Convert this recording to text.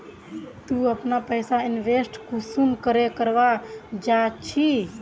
ती अपना पैसा इन्वेस्टमेंट कुंसम करे करवा चाँ चची?